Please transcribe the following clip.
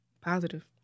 Positive